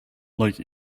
like